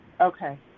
Okay